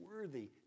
worthy